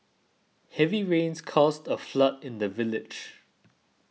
heavy rains caused a flood in the village